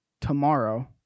tomorrow